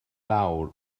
lawr